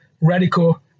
radical